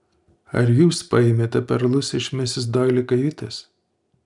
ar jūs paėmėte perlus iš misis doili kajutės